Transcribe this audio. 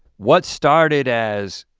what started as,